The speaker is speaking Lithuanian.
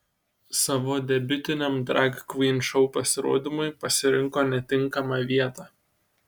savo debiutiniam drag kvyn šou pasirodymui pasirinko netinkamą vietą